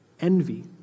envy